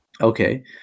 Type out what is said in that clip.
okay